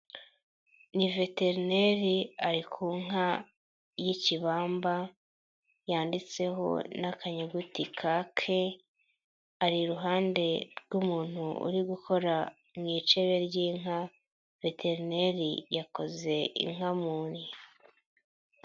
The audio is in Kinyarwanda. Ni veterineri ari ku nka y'ikibamba yanditseho n'akanyuguti ka ke ari iruhande rw'umuntu uri gukora mu icebe ry'inka veterineri yakoze inka mu nda.